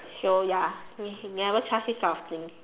so ya ne~ never trust this kind of thing